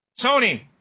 Sony